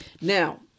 Now